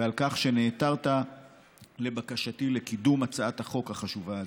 ועל כך שנעתרת לבקשתי לקדם את הצעת החוק החשובה הזאת.